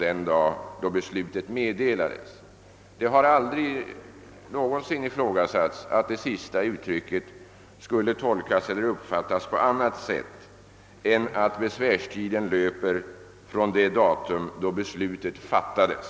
den dag »då beslutet meddelades». Det har aldrig ifrågasatts att det sistnämnda uttrycket skulle tolkas eller uppfattas på annat sätt än att besvärstiden löper från det datum då beslutet fattades.